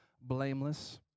blameless